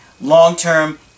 long-term